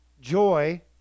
joy